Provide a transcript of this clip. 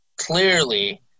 Clearly